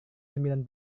sembilan